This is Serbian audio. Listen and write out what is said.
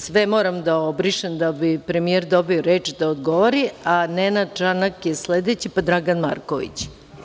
Sve moram da obrišem da bi premijer dobio reč da odgovori, a Nenad Čanak je sledeći, pa Dragan Marković.